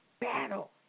battle